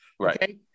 Right